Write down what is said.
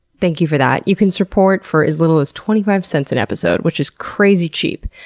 thank you for that. you can support for as little as twenty five cents an episode, which is crazy cheap.